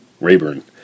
Rayburn